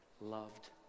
loved